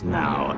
now